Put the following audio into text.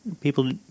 People